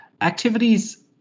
Activities